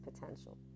potential